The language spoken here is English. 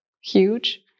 huge